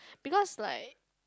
because like